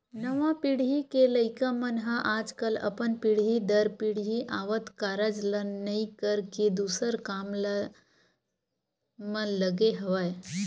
नवा पीढ़ी के लइका मन ह आजकल अपन पीढ़ी दर पीढ़ी आवत कारज ल नइ करके दूसर काम म लगे हवय